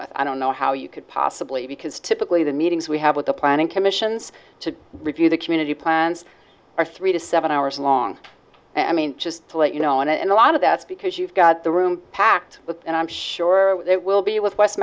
with i don't know how you could possibly because typically the meetings we have with the planning commissions to review the community plans are three to seven hours long i mean just to let you know and a lot of that's because you've got the room packed with and i'm sure it will be with west